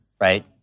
Right